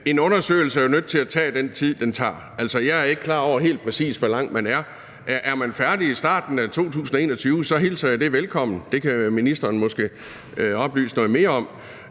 En undersøgelse er jo nødt til at tage den tid, den tager. Jeg er ikke klar over, hvor langt man helt præcist er. Er man færdig i starten af 2021, hilser jeg det velkommen. Det kan ministeren måske oplyse noget mere om.